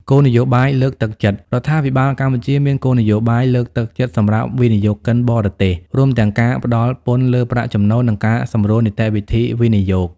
គោលនយោបាយលើកទឹកចិត្ត រដ្ឋាភិបាលកម្ពុជាមានគោលនយោបាយលើកទឹកចិត្តសម្រាប់វិនិយោគិនបរទេស រួមទាំងការផ្ដល់ពន្ធលើប្រាក់ចំណូល និងការសម្រួលនីតិវិធីវិនិយោគ។